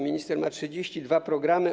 Minister ma 32 programy.